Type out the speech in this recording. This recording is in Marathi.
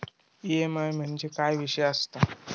ई.एम.आय म्हणजे काय विषय आसता?